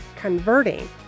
converting